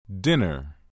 Dinner